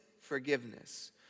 forgiveness